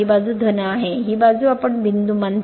ही बाजू आहे ही बाजू आपण बिंदू म्हणता